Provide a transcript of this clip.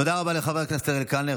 תודה רבה לחבר הכנסת אריאל קלנר.